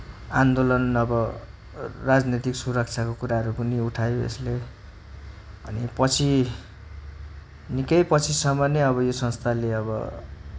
आन्दोलन अब राजनैतिक सुरक्षाको कुराहरू पनि उठायो यसले अनि पछि निकै पछिसम्म नै अब यो संस्थाले अब